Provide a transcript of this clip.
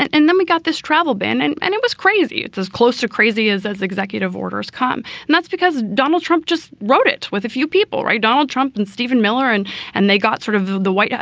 and then we got this travel ban and and it was crazy. it's as close to crazy is as the executive orders come. and that's because donald trump just wrote it with a few people write donald trump and stephen miller. and and they got sort of the white,